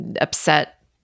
upset